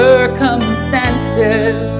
Circumstances